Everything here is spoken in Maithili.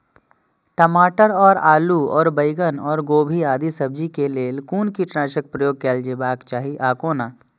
टमाटर और आलू और बैंगन और गोभी आदि सब्जी केय लेल कुन कीटनाशक प्रयोग कैल जेबाक चाहि आ कोना?